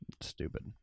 stupid